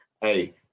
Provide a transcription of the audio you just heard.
hey